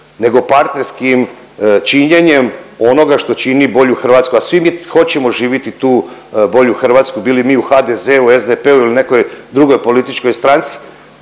nego partnerskim činjenjem onoga što čini bolju Hrvatsku, a svi mi hoćemo živiti tu bolju Hrvatsku bili mi u HDZ-u, SDP-u ili nekoj drugoj političkoj stranci.